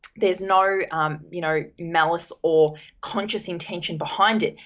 there is no you know malice or conscious intention behind it,